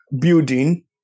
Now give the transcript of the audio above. building